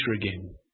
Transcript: again